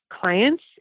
clients